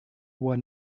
were